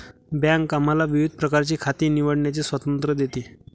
bank आम्हाला विविध प्रकारची खाती निवडण्याचे स्वातंत्र्य देते